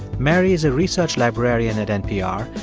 mary is a research librarian at npr,